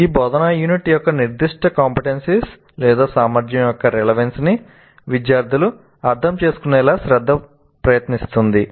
ఈ బోధనా యూనిట్ యొక్క నిర్దిష్ట CO సామర్థ్యం యొక్క రెలెవెన్స్ ని విద్యార్థులు అర్థం చేసుకునేలా శ్రద్ధ ప్రయత్నిస్తుంది